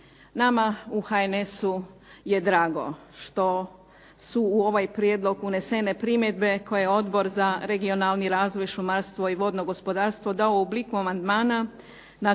Nama u HNS-u je drago što su u ovaj prijedlog unesene primjedbe koje Odbor za regionalni razvoj, šumarstvo i vodno gospodarstvo dao u obliku amandmana, na